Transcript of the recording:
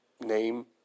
name